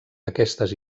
aquestes